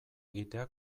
egitea